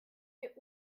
wir